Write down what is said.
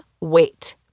WAIT